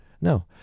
No